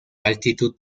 altitud